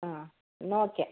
ആ എന്നാൽ ഓക്കെ